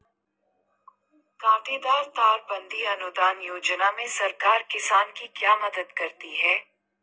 कांटेदार तार बंदी अनुदान योजना में सरकार किसान की क्या मदद करती है?